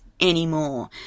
anymore